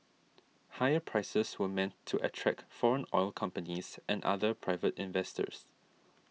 higher prices were meant to attract foreign oil companies and other private investors